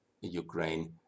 Ukraine